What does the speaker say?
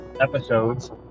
episodes